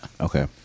okay